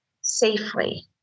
safely